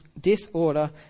disorder